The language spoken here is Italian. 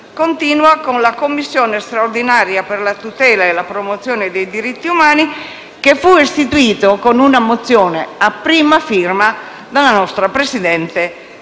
continuò con la Commissione straordinaria per la tutela e la promozione dei diritti umani, che fu istituita con una mozione a prima firma della nostra Presidente,